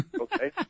Okay